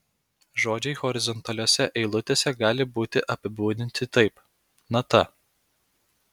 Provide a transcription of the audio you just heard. žodžiai horizontaliose eilutėse gali būti apibūdinti taip nata